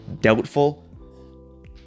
doubtful